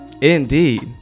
indeed